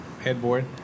headboard